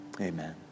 amen